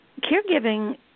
caregiving